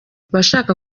abashaka